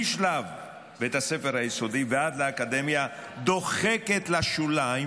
משלב בית הספר היסודי ועד לאקדמיה, דוחקת לשוליים